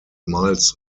miles